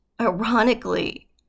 ironically